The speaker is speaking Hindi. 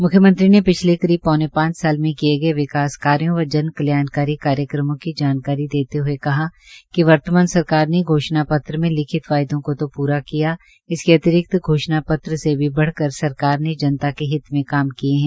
मुख्यमंत्री ने पिछले करीब पौने पांच साल में किए गए विकास कार्यों व जन कल्याणकारी कार्यक्रमों की जानकारी देते हूए कहा कि वर्तमान सरकार ने घोषणा पत्र में लिखित वायदों को तो पूरा किया ही है इसके अतिरिक्त घोषणा पत्र से भी बढकऱ सरकार ने जनता के हित में काम किए हैं